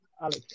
Alex